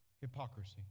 Hypocrisy